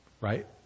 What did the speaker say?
right